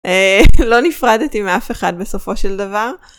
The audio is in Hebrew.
לא נפרדתי מאף אחד בסופו של דבר.